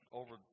over